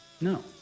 No